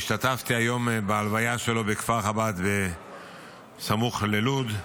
השתתפתי היום בהלוויה שלו בכפר חב"ד, סמוך ללוד,